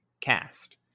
cast